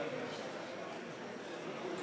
אדוני